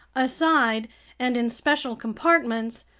aside and in special compartments,